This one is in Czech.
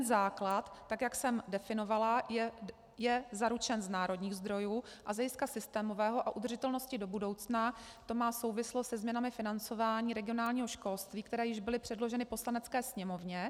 Základ, tak jak jsem definovala, je zaručen z národních zdrojů a z hlediska systémového a udržitelnosti do budoucna to má souvislosti se změnami financování regionálního školství, které již byly předloženy Poslanecké sněmovně.